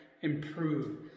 improve